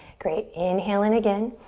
great, inhale in again.